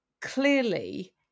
clearly